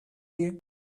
you